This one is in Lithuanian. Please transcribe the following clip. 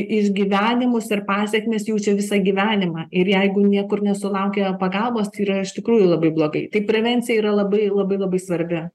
išgyvenimus ir pasekmes jaučia visą gyvenimą ir jeigu niekur nesulaukia pagalbos tai yra iš tikrųjų labai blogai tai prevencija yra labai labai labai svarbi